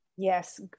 Yes